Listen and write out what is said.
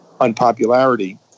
unpopularity